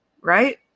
Right